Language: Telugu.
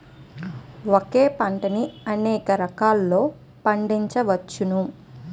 ఒకే పంటని అనేక రకాలలో పండించ్చవచ్చును